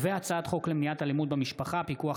הצעת חוק למניעת אלימות במשפחה (פיקוח